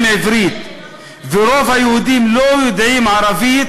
עברית ורוב היהודים לא יודעים ערבית,